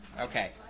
Okay